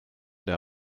der